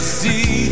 see